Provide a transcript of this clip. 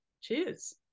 cheers